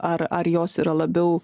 ar ar jos yra labiau